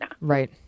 Right